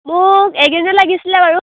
মোক এইকেইদিনত লাগিছিলে বাৰু